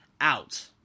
out